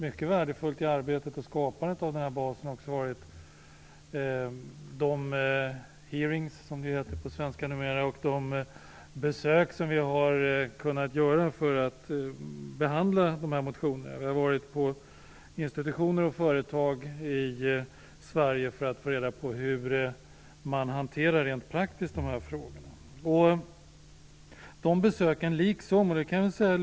Mycket värdefullt i arbetet och skapandet av denna bas har varit de hearingar, som det numera heter på svenska, och de besök som vi har kunnat göra för att behandla dessa motioner. Vi har varit på institutioner och företag i Sverige för att få reda på hur man rent praktiskt hanterar dessa frågor.